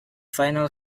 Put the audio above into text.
final